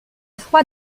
froid